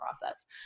process